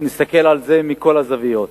נסתכל על זה מכל הזוויות.